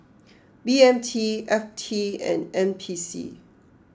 B M T F T and N P C